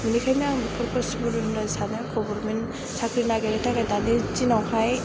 बेनिखायनो आं बेफोरखौ सुबुरुन होनो सानो गभर्न मेन्ट साख्रि नागेरनो थाखाय दानि दिनावहाय